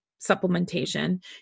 supplementation